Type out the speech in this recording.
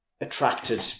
attracted